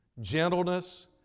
gentleness